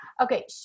Okay